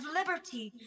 liberty